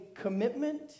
commitment